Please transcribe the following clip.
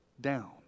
down